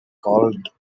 called